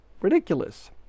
ridiculous